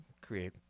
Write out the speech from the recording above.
create